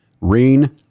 rain